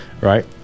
Right